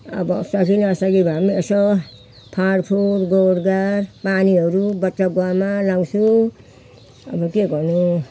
अब सकी नसकी भए पनि यसो फाँड फुँड गोड गाड पानीहरू बच्चा गुवामा लगाउँछु अब के गर्नु